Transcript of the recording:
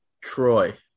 Troy